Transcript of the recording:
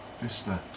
Vista